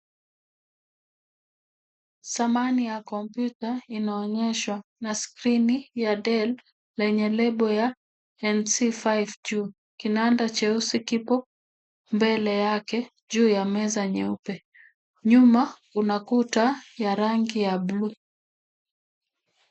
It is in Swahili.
Samani ya kompyuta inaonyeshwa na skrini ya Dell lenye lebo ya LC5 juu. Kinanda cheusi kipo mbele yake juu ya meza nyeupe. Nyuma kuna kuta ya rangi ya bluu.